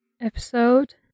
episode